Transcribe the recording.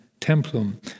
templum